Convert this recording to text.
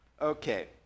Okay